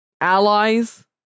allies